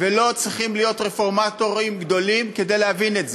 ולא צריכים להיות רפורמטורים גדולים כדי להבין את זה.